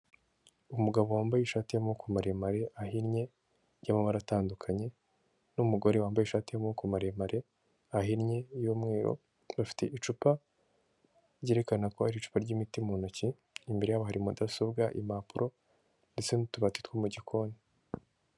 Umugabo wambaye ishati y'amaboko maremare ahinnye, y'amabara atandukanye, n'umugore wambaye ishati y'amaboko maremare ahinnye y'umweru, afite icupa ryerekana ko ari icupa ry'imiti mu ntoki, imbere yabo hari mudasobwa impapuro, ndetse n'utubati two mu gikoni.